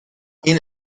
این